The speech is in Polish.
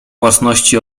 własności